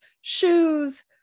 shoes